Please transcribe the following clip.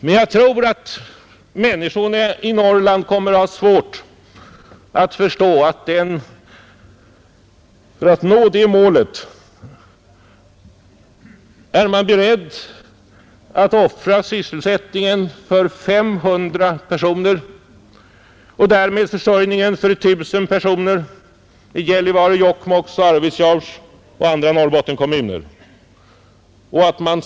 Men jag tror att människorna i Norrland kommer att ha svårt att förstå att för att nå det målet är man beredd att offra sysselsättningen för 500 personer och därmed försörjningen för 1 000 personer i Gällivare, Jokkmokk, Arvidsjaur och andra Norrbottenskommuner.